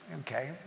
Okay